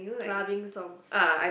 clubbing songs